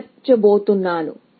ఇది హైదరాబాద్ ఇది బెంగళూరు